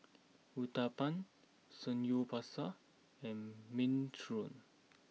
Uthapam Samgyeopsal and Minestrone